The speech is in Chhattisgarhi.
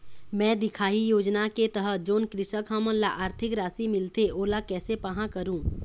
मैं दिखाही योजना के तहत जोन कृषक हमन ला आरथिक राशि मिलथे ओला कैसे पाहां करूं?